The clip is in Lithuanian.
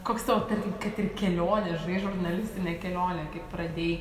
koks tavo per kad ir kelionė žinai žurnalistinė kelionė kaip pradėjai